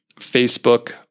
Facebook